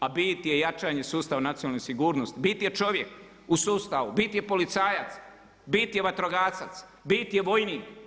A bit je jačanje sustava nacionalne sigurnosti, bit je čovjek u sustavu, bit je policajac, bit je vatrogasac, bit je vojnik.